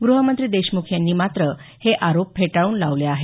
ग्रहमंत्री देशमुख यांनी मात्र हे आरोप फेटाळून लावले आहेत